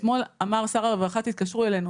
אתמול אמר שר הרווחה תתקשרו אלינו.